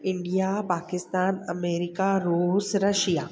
India Pakistan America रूस Russia